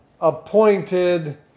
appointed